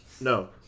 No